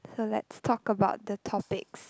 so let's talk about the topics